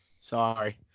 sorry